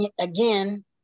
again